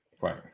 Right